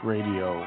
Radio